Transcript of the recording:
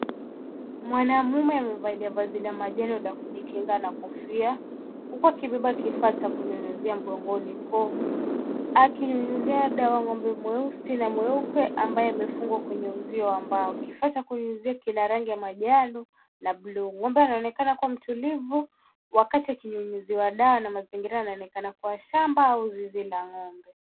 Mwanamume amevalia vazi la manjano la kujikinga na kofia. Huku akibeba kifaa cha kunyunyizia mgongoni huko, akinyunyizia ng'ombe mweupe na mweusi ambaye amefungwa kwenye uzio wa mbao. Kifaa cha kunyunyizia kina rangi ya manjano na bluu. Ng'ombe anaonekana kuwa mtulivu wakati akinyunyizia dawa. Mazingira yanaonekana kuwa shamba au zizi la ng'ombe.